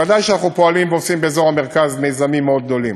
ודאי שאנחנו פועלים ועושים באזור המרכז מיזמים מאוד גדולים.